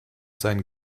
sein